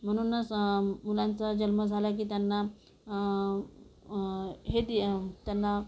म्हणूनच मुलांचा जन्म झाला की त्यांना हे ते त्यांना